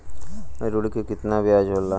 ऋण के कितना ब्याज होला?